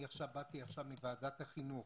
אני בא עכשיו מוועדת החינוך.